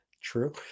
true